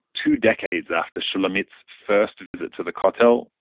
two decades after shulamit's first visit to the kotel,